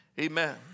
Amen